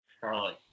Charlie